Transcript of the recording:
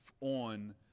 on